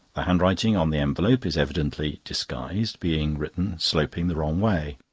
the handwriting on the envelope is evidently disguised, being written sloping the wrong way.